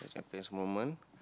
my best moment